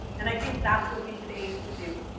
and i think that's what we should aim to do.